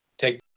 take